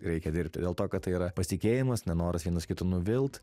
reikia dirbti dėl to kad tai yra pasitikėjimas nenoras vienas kito nuvilt